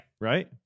Right